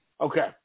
Okay